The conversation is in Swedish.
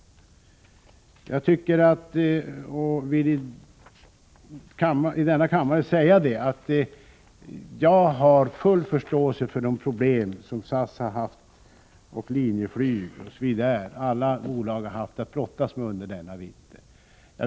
Jag vill i denna kammare säga att jag har full förståelse för de problem som SAS, Linjeflyg, Swedair och alla andra bolag har haft att brottas med under denna vinter.